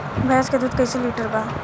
भैंस के दूध कईसे लीटर बा?